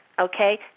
Okay